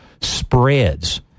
spreads